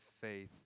faith